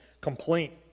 complaint